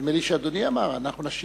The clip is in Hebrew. נדמה לי שאדוני אמר: אנחנו נשיב,